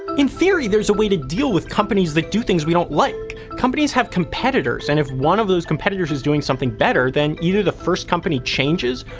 in theory, there's a way to deal with companies that do things we don't like companies have competitors, and if one of those competitors is doing something better, then either the first company changes,